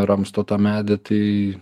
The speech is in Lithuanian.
ramsto tą medį tai